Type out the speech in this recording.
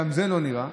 גם זה לא נראה.